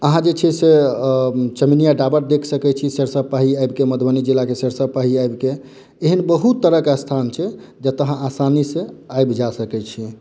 अहाँ जे छै से अ चमिनिया टाबर देख सकै छी सरिसब पाहि आबि के मधुबनी जिला के सरिसव पाहि आबि के एहन बहुत तरह के स्थान छै जतय अहाँ आसानी सऽ आबि जा सकै छी